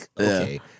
okay